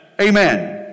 Amen